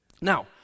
Now